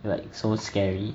it's like so scary